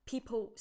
People